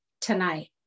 tonight